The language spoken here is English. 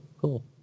Cool